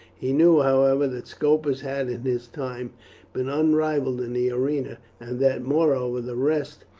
he knew, however, that scopus had in his time been unrivalled in the arena, and that, moreover, the rest,